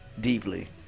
deeply